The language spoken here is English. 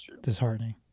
disheartening